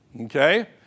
Okay